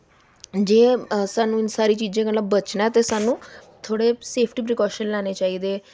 ते जे सानूं इ'नें सारी चीजें कोला बचना ऐ ते सानूं थोह्ड़े सेफ्टी परिकाशन लैने चाहिदे